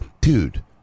Dude